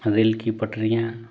rail की पटरियाँ